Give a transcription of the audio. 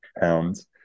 pounds